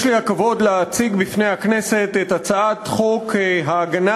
יש לי הכבוד להציג בפני הכנסת את הצעת חוק ההגנה